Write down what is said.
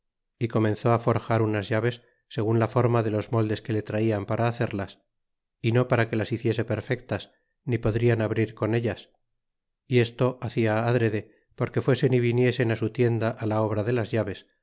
y comenzó á forjar unas llaves segun la forma de los moldes que le traian para hacerlas y no pata que las hiciese perfectas ni podrian abrir con ellas y esto hacia adrede porque fuesen y viniesen á su tienda a la obra de las llaves